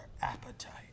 appetite